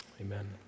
amen